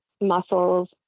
muscles